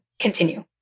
continue